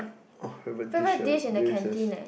oh favourite dish ah during recess